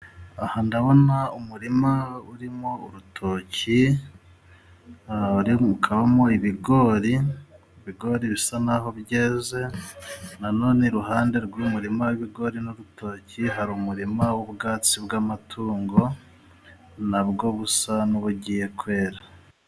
Aha, ndabona umurima urimo urutoki, ukabamo ibigori; ibigori bisa naho byeze. Nanone, iruhande rw'uyu murima w'ibigori n'urutoki, hari umurima w'ubwatsi bw'amatungo, nabwo busa n'ubugiye kwera.